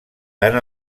tant